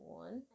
one